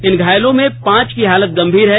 इन घायलों में पांच की हालत गंभीर है